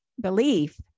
Belief